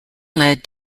led